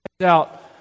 out